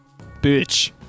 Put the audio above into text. Bitch